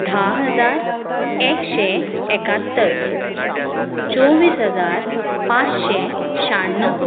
धा हजार एकशें एक्यात्तर चोवीस हजार पांचशें शाण्णव